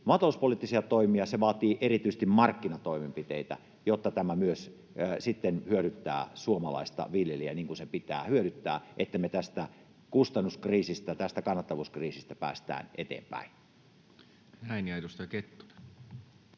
maatalouspoliittisia toimia, se vaatii erityisesti markkinatoimenpiteitä, jotta tämä myös sitten hyödyttää suomalaista viljelijää, niin kuin sen pitää hyödyttää, että me tästä kustannuskriisistä, tästä